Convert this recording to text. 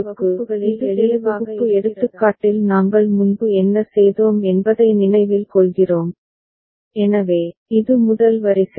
முந்தைய வகுப்புகளில் எளிய தொகுப்பு எடுத்துக்காட்டில் நாங்கள் முன்பு என்ன செய்தோம் என்பதை நினைவில் கொள்கிறோம் எனவே இது முதல் வரிசை